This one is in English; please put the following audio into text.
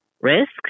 risk